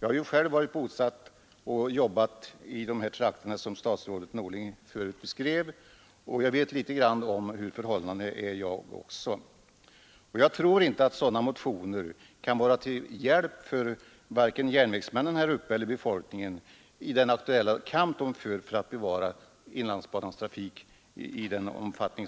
Jag har varit bosatt och arbetat i de trakter som statsrådet Norling tidigare beskrev, och även jag vet därför något om hur förhållandena är där. Och jag tror inte att sådana motioner är till någon hjälp för vare sig järnvägsmännen eller befolkningen där uppe i den aktuella kampen för att behålla trafiken på inlandsbanan i rimlig omfattning.